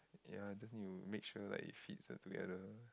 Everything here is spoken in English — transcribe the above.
ya just need to make sure like it fits ah together